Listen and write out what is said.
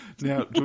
Now